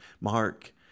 Mark